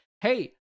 hey